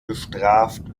bestraft